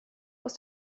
aus